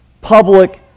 public